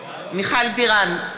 מיכל בירן,